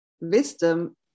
wisdom